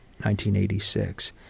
1986